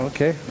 Okay